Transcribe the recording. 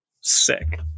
Sick